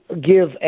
give